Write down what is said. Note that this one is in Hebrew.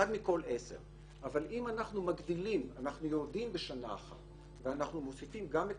אחד מכל 10. אבל אם אנחנו מגדילים ויורדים בשנה אחת ומוסיפים גם את